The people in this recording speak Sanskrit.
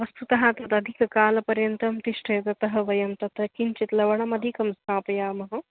वस्तुतः तदधिककालपर्यन्तं तिष्ठेत् अतः वयं तत्र किञ्चित् लवणमधिकं स्थापयामः